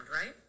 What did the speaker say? right